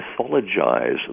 mythologize